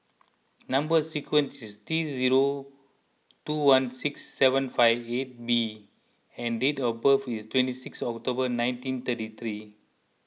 Number Sequence is T zero two one six seven five eight B and date of birth is twenty six October nineteen thirty three